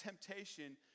temptation